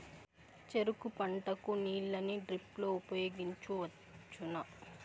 చెరుకు పంట కు నీళ్ళని డ్రిప్ లో ఉపయోగించువచ్చునా?